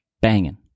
banging